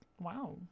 wow